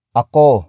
ako